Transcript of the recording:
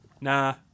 Nah